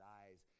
eyes